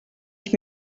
ich